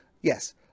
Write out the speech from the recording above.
yes